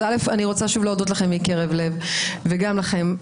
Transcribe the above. אני רוצה שוב להודות לכם מקרב לב, וגם לכם.